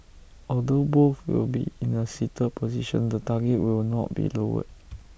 although both will be in A seated position the target will not be lowered